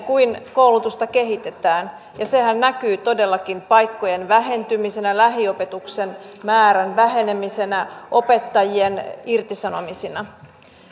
kuin koulutusta kehitetään ja sehän näkyy todellakin paikkojen vähentymisenä lähiopetuksen määrän vähenemisenä opettajien irtisanomisina